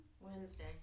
Wednesday